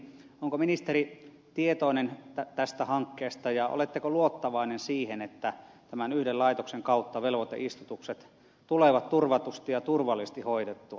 onko ministeri tietoinen tästä hankkeesta ja oletteko luottavainen sen suhteen että tämän yhden laitoksen kautta velvoiteistutukset tulevat turvatusti ja turvallisesti hoidettua